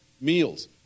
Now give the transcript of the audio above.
meals